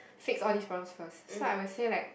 fix all these problems first so I would say like